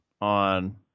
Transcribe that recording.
on